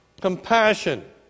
compassion